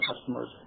customers